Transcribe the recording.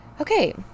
Okay